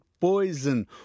poison